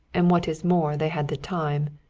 and what is more they had the time.